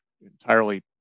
entirely